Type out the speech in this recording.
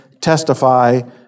testify